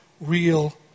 real